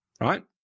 right